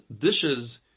dishes